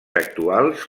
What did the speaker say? actuals